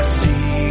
see